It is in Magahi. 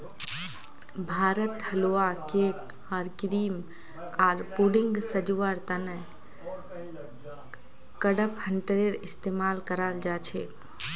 भारतत हलवा, केक आर क्रीम आर पुडिंगक सजव्वार त न कडपहनटेर इस्तमाल कराल जा छेक